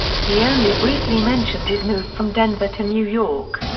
he only briefly mentioned his move from denver to new york.